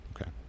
Okay